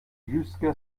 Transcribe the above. jusquà